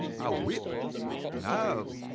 a whip no.